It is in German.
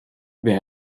wer